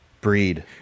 breed